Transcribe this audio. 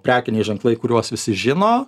prekiniai ženklai kuriuos visi žino